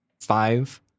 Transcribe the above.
five